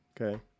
okay